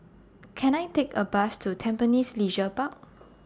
Can I Take A Bus to Tampines Leisure Park